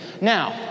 Now